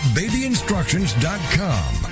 babyinstructions.com